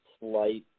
slight